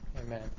Amen